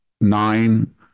nine